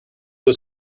was